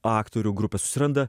aktorių grupę susiranda